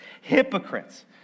hypocrites